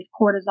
cortisol